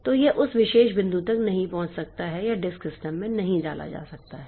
तो यह उस विशेष बिंदु तक नहीं पहुंच सकता है या डिस्क सिस्टम में डाला नहीं जा सकता है